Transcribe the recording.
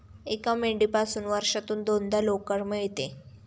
एका मेंढीपासून वर्षातून दोनदा लोकर मिळते